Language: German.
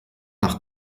nach